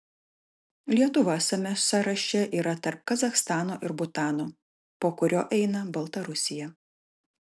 lietuva šiame sąraše yra tarp kazachstano ir butano po kurio eina baltarusija